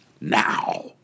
NOW